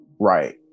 Right